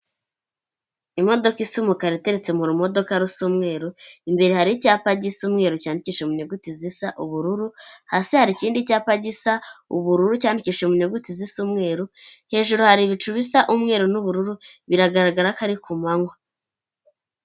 Imodoka isa umukara iteretse mu rumodoka rusa umweru imbere hari icyapa gisa umweru cyandikishije mu nyuguti zisa ubururu hasi hari ikindi cyapa gisa ubururu cyandikishije mu nyuguti zisaumweru hejuru hari ibicu bisa umweru n'ubururu biragaragara ko ari ku manywa.